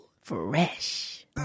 Fresh